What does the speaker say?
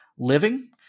Living